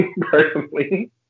personally